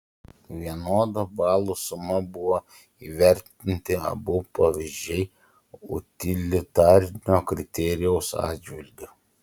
vienoda balų suma buvo įvertinti abu pavyzdžiai utilitarinio kriterijaus atžvilgiu